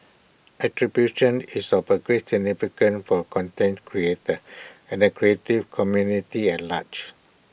attribution is of A great significant for A content creator and the creative community at large